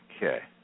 Okay